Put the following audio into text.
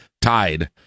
tied